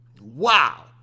wow